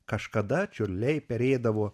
kažkada čiurliai perėdavo